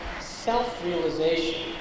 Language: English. self-realization